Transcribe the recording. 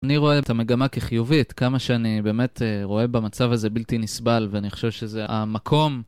אני רואה את המגמה כחיובית, כמה שאני באמת רואה במצב הזה בלתי נסבל ואני חושב שזה המקום.